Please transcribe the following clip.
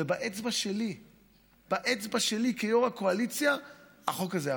ובאצבע שלי כיושב-ראש הקואליציה החוק הזה עבר,